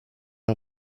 our